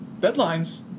deadlines